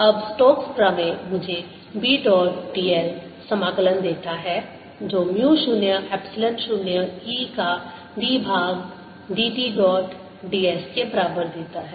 अब स्टोक्स प्रमेय मुझे B डॉट dl समाकलन देता है जो म्यू 0 एप्सिलॉन 0 E का d भाग dt डॉट ds के बराबर देता है